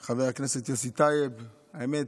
עם חבר הכנסת יוסי טייב, האמת,